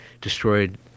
Destroyed